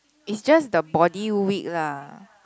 is just the body weak lah